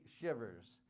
shivers